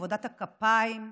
עבודת הכפיים,